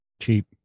Cheap